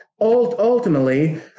ultimately